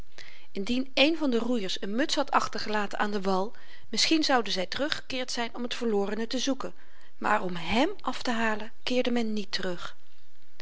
indien een van de roeiers n muts had achtergelaten aan den wal misschien zouden zy teruggekeerd zyn om t verlorene te zoeken maar om hèm aftehalen keerde men niet terug